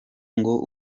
ngo